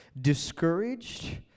discouraged